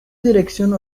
dirección